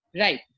Right